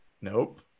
Nope